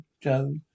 Joe